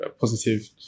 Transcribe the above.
positive